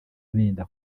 benda